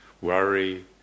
worry